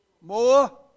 more